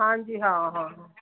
ਹਾਂਜੀ ਹਾਂ ਹਾਂ